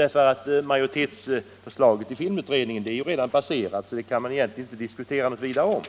- majoritetsförslaget i filmutredningen är redan passerat så det kan man egentligen inte diskutera något vidare om.